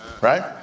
Right